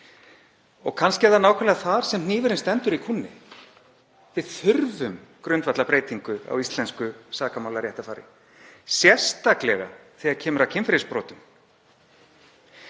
Kannski er það nákvæmlega þar sem hnífurinn stendur í kúnni. Við þurfum grundvallarbreytingu á íslensku sakamálaréttarfari, sérstaklega þegar kemur að kynferðisbrotum.